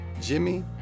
Jimmy